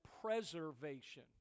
preservation